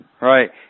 Right